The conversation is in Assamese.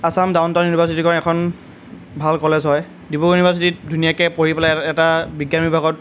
আসাম ডাউন টাউন ইউনিভাৰ্চিটিখন এখন ভাল কলেজ হয় ডিব্ৰুগড় ইউনিভাৰ্চিটিত ধুনীয়াকৈ পঢ়ি পেলাই এটা বিজ্ঞান বিভাগত